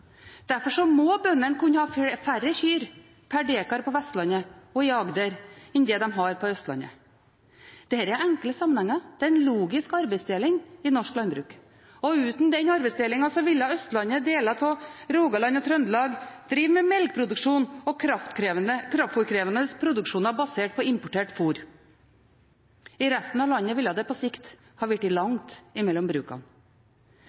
Derfor må bøndene kunne ha færre kyr per dekar på Vestlandet og i Agder enn det de har på Østlandet. Dette er enkle sammenhenger, det er en logisk arbeidsdeling i norsk landbruk. Uten den arbeidsdelingen ville Østlandet, deler av Rogaland og Trøndelag drevet med melkeproduksjon og kraftfôrkrevende produksjoner basert på importert fôr. I resten av landet ville det på sikt vært langt mellom brukene.